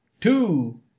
two